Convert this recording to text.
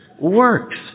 works